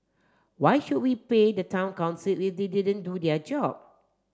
why should we pay the town council they didn't do their job